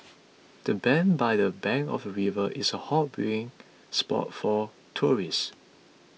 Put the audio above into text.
the bench by the bank of the river is a hot viewing spot for tourists